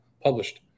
published